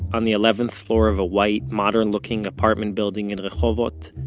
on the eleventh floor of a white, modern-looking apartment building in rehovot, but